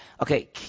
okay